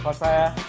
but fire